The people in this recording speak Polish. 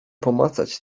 pomacać